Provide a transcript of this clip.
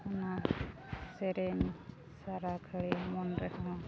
ᱚᱱᱟ ᱥᱮᱨᱮᱧ ᱥᱟᱨᱟ ᱜᱷᱟᱹᱲᱤ ᱢᱚᱱ ᱨᱮᱦᱚᱸ